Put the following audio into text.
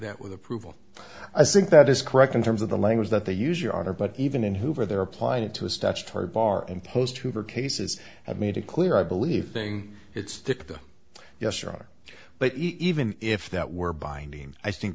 that with approval i think that is correct in terms of the language that they use your honor but even in hoover they're applying it to a statutory bar and post hoover cases have made it clear i believe thing it's dicta yes your honor but even if that were binding i think